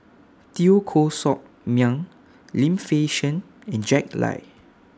Teo Koh Sock Miang Lim Fei Shen and Jack Lai